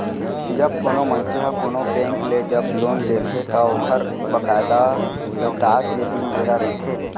जब कोनो मनसे ह कोनो बेंक ले जब लोन लेथे त ओखर बकायदा लहुटाय के दिन बेरा रहिथे